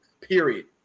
period